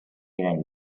eren